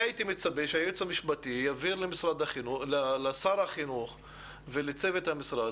הייתי מצפה שהיועץ המשפטי יבהיר לשר החינוך ולצוות המשרד